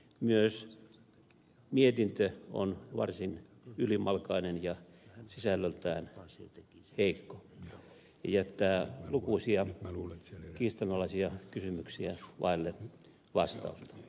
myös mietintö on varsin ylimalkainen ja sisällöltään heikko ja jättää lukuisia kiistanalaisia kysymyksiä vaille vastausta